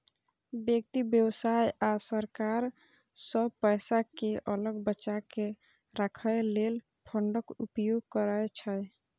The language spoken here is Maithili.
व्यक्ति, व्यवसाय आ सरकार सब पैसा कें अलग बचाके राखै लेल फंडक उपयोग करै छै